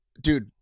Dude